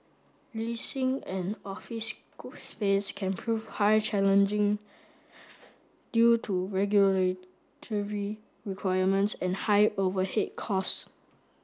leasing an office school space can prove high challenging due to regulatory requirements and high overhead costs